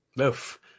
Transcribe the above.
Oof